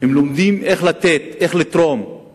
הם לומדים איך לתת ולתרום,